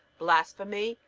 blasphemy,